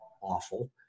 awful